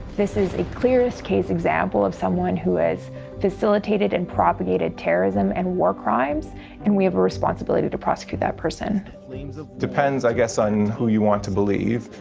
this is a clearest case example of someone who has facilitated and propagated terrorism and war crimes and we have a responsibility to prosecute that person. it depends, i guess, on who you want to believe.